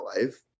life